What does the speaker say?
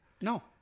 No